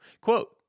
Quote